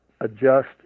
adjust